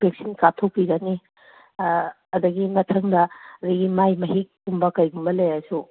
vaccine ꯀꯥꯞꯊꯣꯛꯄꯤꯒꯅꯤ ꯑꯗꯒꯤ ꯃꯊꯪꯗ ꯑꯗꯒꯤ ꯃꯥꯏ ꯃꯍꯤꯛꯀꯨꯝꯕ ꯀꯩꯒꯨꯝꯕ ꯂꯩꯔꯁꯨ